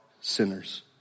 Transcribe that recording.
sinners